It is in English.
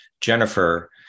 Jennifer